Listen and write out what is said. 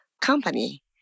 company